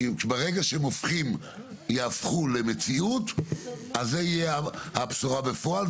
שברגע שהן יהפכו למציאות אז תהיה הבשורה בפועל.